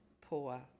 poor